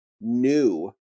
new